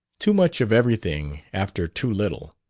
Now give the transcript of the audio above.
too much of everything after too little.